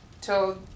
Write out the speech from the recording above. till